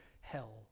hell